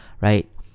right